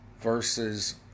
versus